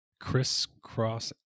crisscross